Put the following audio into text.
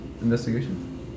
investigation